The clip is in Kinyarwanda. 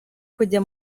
kujya